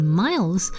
miles